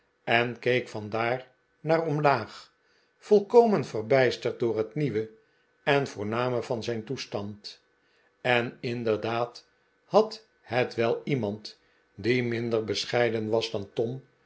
en keek vandaar naar omlaag volkomen verbijsterd door het nieuwe en voorname van zijn toestand en inderdaad had het wel iemand die minder bescheiden was dan tom